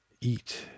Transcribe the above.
eat